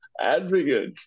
advocate